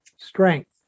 Strength